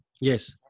Yes